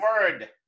word